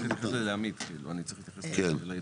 צריך להתייחס לעמית, אני צריך להתייחס למשפטים.